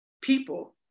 people